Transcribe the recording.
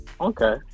Okay